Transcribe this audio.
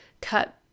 cut